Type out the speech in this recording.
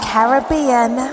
Caribbean